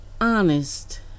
honest